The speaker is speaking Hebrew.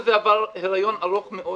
החוק הזה עבר היריון ארוך מאוד.